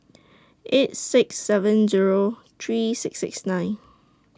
eight six seven Zero three six six nine